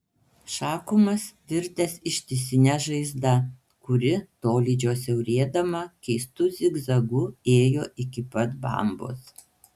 šakumas virtęs ištisine žaizda kuri tolydžio siaurėdama keistu zigzagu ėjo iki pat bambos